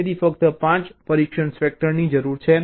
તેથી ફક્ત 5 પરીક્ષણ વેક્ટર્સની જરૂર છે